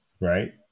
right